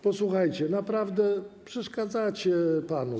Posłuchajcie, naprawdę przeszkadzacie panu.